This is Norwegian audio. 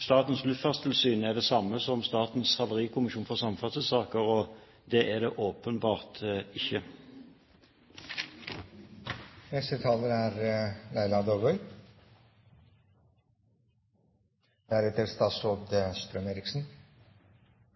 Statens Luftfartstilsyn er det samme som Statens havarikommisjon for transport, og det er det åpenbart ikke. I likhet med representanten Høie vil jeg også berømme statsråden for det arbeidet som er